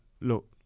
look